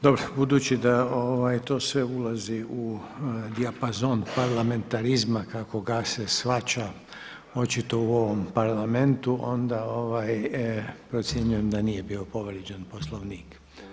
Dobro, budući da to sve ulazi u dijapazon parlamentarizma kako ga se shvaća očito u ovom Parlamentu, onda procjenjujem da nije bio povrijeđen Poslovnik.